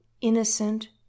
innocent